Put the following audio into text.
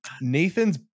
Nathan's